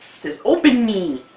says open me!